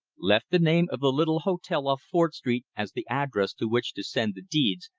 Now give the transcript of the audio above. left the name of the little hotel off fort street as the address to which to send the deeds,